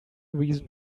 reason